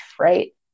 right